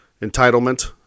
entitlement